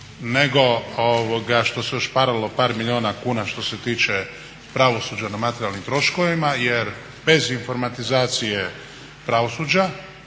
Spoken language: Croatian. nego što se ušparalo par milijuna kuna što se tiče pravosuđa na materijalnim troškovima. Jer bez informatizacije pravosuđa,